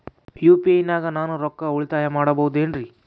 UPI ನಾಗ ನಾನು ರೊಕ್ಕ ಉಳಿತಾಯ ಮಾಡಬಹುದೇನ್ರಿ?